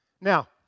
Now